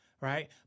Right